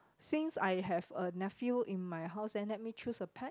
since I have a nephew in my house and let me choose a pet